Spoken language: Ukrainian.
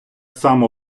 само